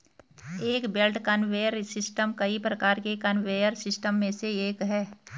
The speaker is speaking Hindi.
एक बेल्ट कन्वेयर सिस्टम कई प्रकार के कन्वेयर सिस्टम में से एक है